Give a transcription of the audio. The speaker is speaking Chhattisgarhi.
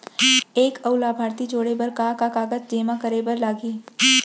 एक अऊ लाभार्थी जोड़े बर का का कागज जेमा करे बर लागही?